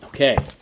Okay